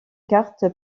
carte